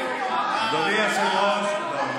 אדוני היושב-ראש, לא,